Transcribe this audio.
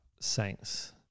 Saints